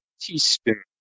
teaspoon